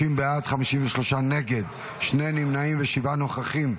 30 בעד, 53 נגד, שני נמנעים ושבעה נוכחים.